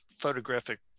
photographic